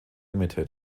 ltd